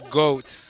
goat